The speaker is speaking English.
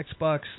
Xbox